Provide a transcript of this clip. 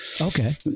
Okay